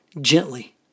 gently